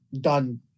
done